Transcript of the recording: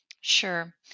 Sure